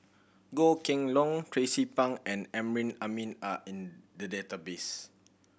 Goh Kheng Long Tracie Pang and Amrin Amin are in the database